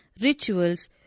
rituals